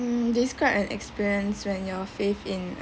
mm describe an experience when your faith in